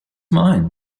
mine